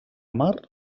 mar